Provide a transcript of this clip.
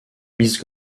miss